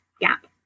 gap